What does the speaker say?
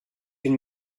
une